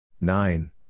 Nine